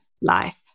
life